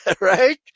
right